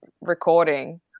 recording